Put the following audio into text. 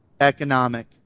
economic